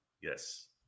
Yes